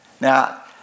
now